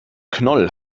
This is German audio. knoll